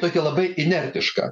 tokia labai inertiška